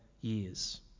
years